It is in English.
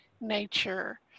nature